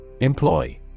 Employ